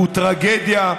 והוא טרגדיה,